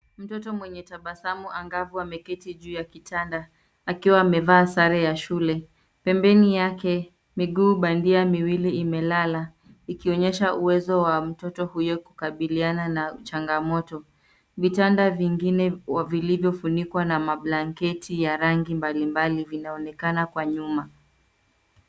Mtoto mwenye tabasamu angavu ameketi juu ya kitanda akiwa amevaa sare ya shule. Pembeni yake, miguu bandia miwili imelala, ikionyesha uwezo wa mtoto huyo kukabiliana na changamoto. Vitianda vingine vilivyofunikwa na mablanketi ya rangi mbalimbali vinaonekana kwa nyuma.